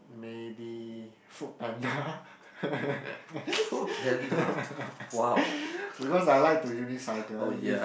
maybe Food Panda because I like to unicycle if if